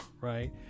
right